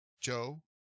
Joe